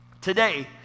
Today